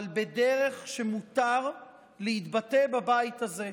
אבל בדרך שמותר להתבטא בבית הזה,